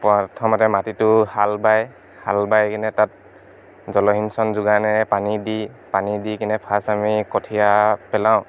প্ৰথমতে মাটিটো হাল বাই হাল বাই কিনে তাত জলসিঞ্চন যোগানেৰে পানী দি পানী দি কিনে ফাৰ্ষ্ট আমি কঠিয়া পেলাওঁ